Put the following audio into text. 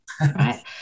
Right